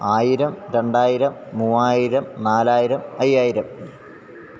ആയിരം രണ്ടായിരം മൂവായിരം നാലായിരം അയ്യായിരം